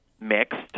mixed